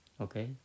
Okay